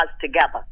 together